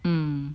mm